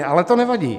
Ale to nevadí.